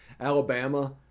Alabama